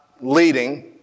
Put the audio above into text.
leading